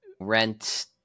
rent